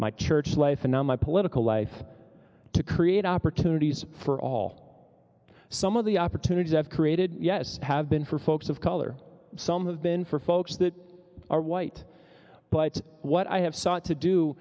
my church life and now my political life to create opportunities for all some of the opportunities i've created yes have been for folks of color some have been for folks that are white but what i have sought to do